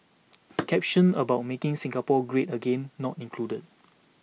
caption about making Singapore great again not included